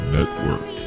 Network